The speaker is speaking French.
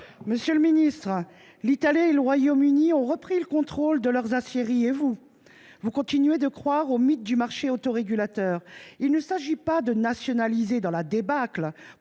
Monsieur le Ministre, l'Italie et le Royaume-Uni ont repris le contrôle de leurs aciéries et vous. Vous continuez de croire au mythe du marché autorégulateur. Il ne s'agit pas de nationaliser dans la débâcle